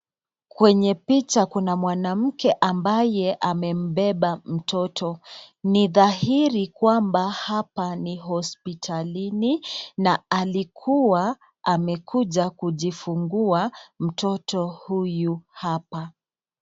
Kwenye picha kuna mwanamke ambaye amembeba mtoto, ni dhahiri kwamba hapa ni hospitalini na alikuwa amekuja kujifungua mtoto huyu hapa.